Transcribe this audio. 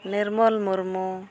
Nirmal Murmu